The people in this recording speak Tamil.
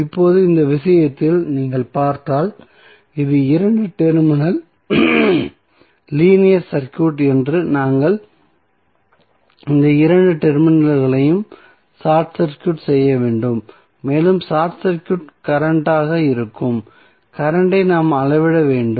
இப்போது இந்த விஷயத்தில் நீங்கள் பார்த்தால் இது இரண்டு டெர்மினல் லீனியர் சர்க்யூட் என்றால் நாம் இந்த இரண்டு டெர்மினல்களை ஷார்ட் சர்க்யூட் செய்ய வேண்டும் மேலும் ஷார்ட் சர்க்யூட் கரண்ட் ஆக இருக்கும் கரண்ட் ஐ நாம் அளவிட வேண்டும்